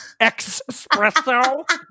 Expresso